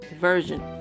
version